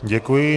Děkuji.